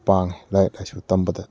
ꯄꯥꯡꯏ ꯂꯥꯏꯔꯤꯛ ꯂꯥꯏꯁꯨ ꯇꯝꯕꯗ